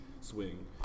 swing